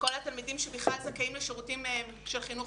וכל התלמידים שזכאים לשירותים של חינוך